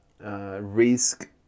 risk